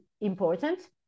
important